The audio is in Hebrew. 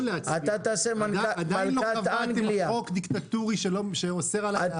עדיין לא קבעתם חוק דיקטטורי שאוסר עליי להצביע.